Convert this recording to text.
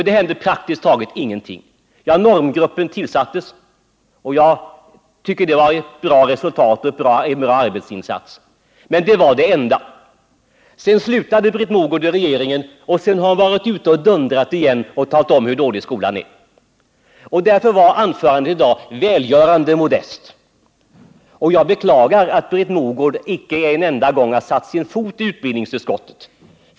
Det hände praktiskt taget ingenting. Ja, normgruppen tillsattes, och jag tycker att det var en bra arbetsinsats, men det var det enda. Sedan slutade Britt Mogård i regeringen och därefter har hon varit ute och dundrat igen och talat om hur dålig skolan är. Därför var anförandet i dag välgörande modest och jag beklagar att Britt Mogård icke en enda gång har satt sin fot i utbildningsutskottet.